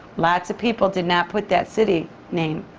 lots of people did not put that city name.